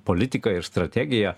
politika ir strategija